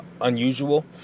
unusual